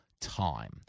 time